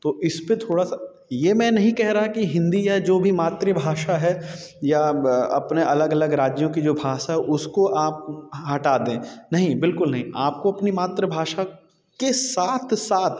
तो इसपे थोड़ा सा ये मैं नहीं कह रहा कि हिन्दी या जो भी मातृभाषा है या अपने अलग अलग राज्यों की जो भाषा है उसको आप हटा दें नहीं बिल्कुल नहीं आपको अपनी मातृभाषा के साथ साथ